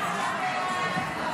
מה התוצאה?